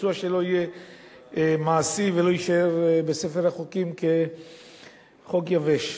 הביצוע שלו יהיה מעשי והוא לא יישאר בספר החוקים כחוק יבש.